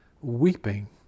weeping